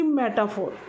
metaphor